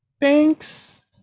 thanks